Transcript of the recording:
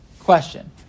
Question